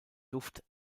duft